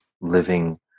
living